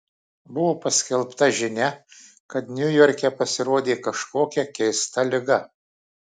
buvo paskelbta žinia kad niujorke pasirodė kažkokia keista liga